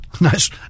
Nice